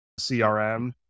CRM